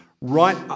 right